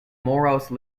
morose